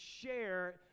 share